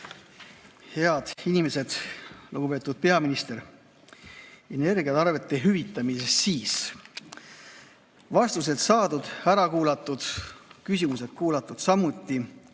Head inimesed! Lugupeetud peaminister! Energiaarvete hüvitamisest. Vastused saadud, ära kuulatud, küsimused samuti